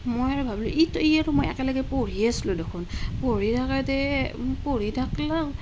মই আৰু ভাবিলোঁ ইতো ই আৰু মই একেলগে পঢ়ি আছিলোঁ দেখোন পঢ়ি থাকোঁতে পঢ়ি থাকিলেও